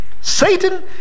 Satan